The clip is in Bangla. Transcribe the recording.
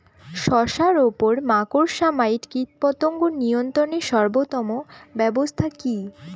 শশার উপর মাকড়সা মাইট কীটপতঙ্গ নিয়ন্ত্রণের সর্বোত্তম ব্যবস্থা কি?